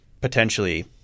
potentially